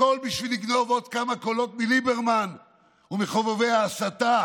הכול בשביל לגנוב עוד כמה קולות מליברמן ומחובבי ההסתה